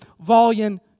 volume